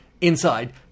Inside